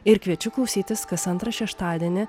ir kviečiu klausytis kas antrą šeštadienį